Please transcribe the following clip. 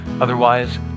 Otherwise